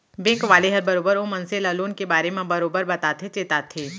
bank वाले ह बरोबर ओ मनसे ल लोन के बारे म बरोबर बताथे चेताथे